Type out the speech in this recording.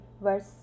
verse